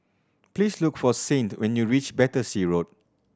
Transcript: please look for Saint when you reach Battersea Road